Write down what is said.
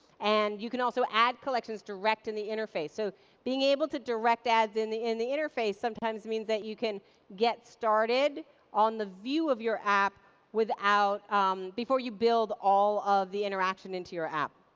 and you can also add collections direct in the interface. so being able to direct that in the in the interface sometimes means that you can get started on the view of your app without before you build all of the interaction into your app.